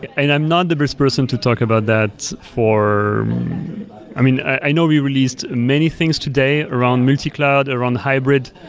and i'm not the best person to talk about that for i mean, i know we released many things today around multi-cloud, around hybrid,